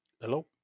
Hello